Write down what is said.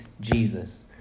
jesus